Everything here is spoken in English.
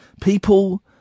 People